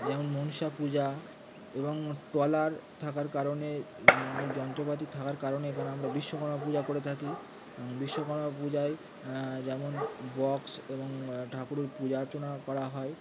যেমন মনসা পূজা এবং ট্রলার থাকার কারণে অনেক যন্ত্রপাতি থাকার কারণে এখানে আমরা বিশ্বকর্মা পূজা করে থাকি বিশ্বকর্মা পূজায় যেমন বক্স এবং ঠাকুরের পূজা অর্চনা করা হয়